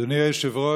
אדוני היושב-ראש,